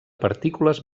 partícules